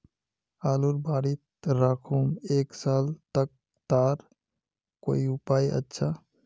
आलूर बारित राखुम एक साल तक तार कोई उपाय अच्छा?